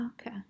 Okay